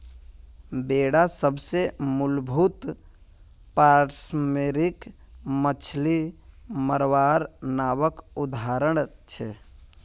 बेडा सबसे मूलभूत पारम्परिक मच्छ्ली मरवार नावर उदाहरण छे